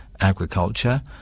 agriculture